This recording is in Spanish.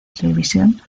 televisión